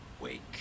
Wake